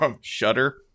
shudder